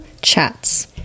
chats